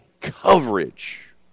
coverage